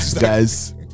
Guys